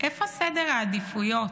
איפה סדר העדיפויות?